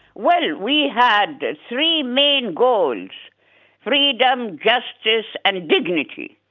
well we had three main goals freedom, justice and dignity.